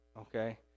Okay